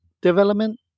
development